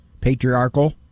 patriarchal